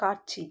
காட்சி